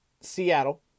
Seattle